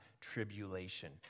tribulation